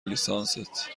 لیسانست